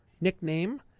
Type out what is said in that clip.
nickname